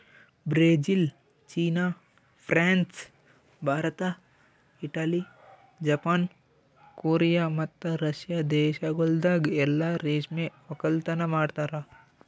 Brazil, ಚೀನಾ, France, Bharat, Italy, Japan, Korea ಮತ್ತ Russia ದೇಶಗೊಳ್ದಾಗ್ ಎಲ್ಲಾ ರೇಷ್ಮೆ ಒಕ್ಕಲತನ ಮಾಡ್ತಾರ